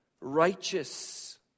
righteous